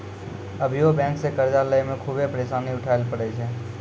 अभियो बेंक से कर्जा लेय मे खुभे परेसानी उठाय ले परै छै